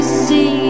see